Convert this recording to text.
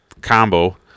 combo